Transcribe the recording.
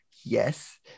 yes